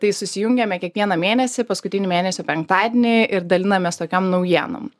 tai susijungiame kiekvieną mėnesį paskutinį mėnesio penktadienį ir dalinamės tokiom naujienom